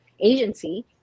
agency